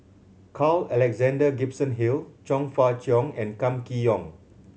Carl Alexander Gibson Hill Chong Fah Cheong and Kam Kee Yong